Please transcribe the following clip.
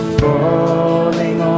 falling